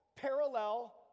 Parallel